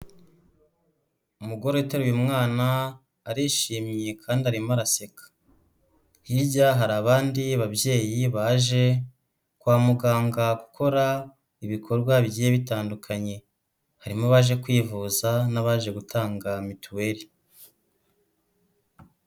Umugore utaruye umwana arishimye kandi arimo araseka, hirya hari abandi babyeyi baje kwa muganga gukora ibikorwa bigiye bitandukanye, harimo abaje kwivuza n'abaje gutanga mituweli.